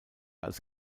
als